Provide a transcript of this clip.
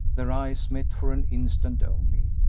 their eyes met for an instant only,